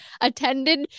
attended